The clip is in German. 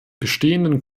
bestehenden